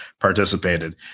participated